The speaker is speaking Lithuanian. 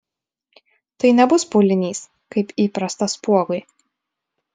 tai nebus pūlinys kaip įprasta spuogui